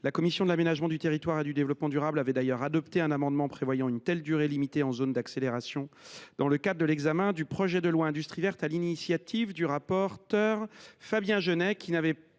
La commission de l’aménagement du territoire et du développement durable avait adopté un amendement prévoyant une telle durée limite en zone d’accélération, dans le cadre de l’examen du projet de loi Industrie verte, sur l’initiative de son rapporteur Fabien Genet. Cette